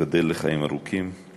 תיבדל לחיים ארוכים.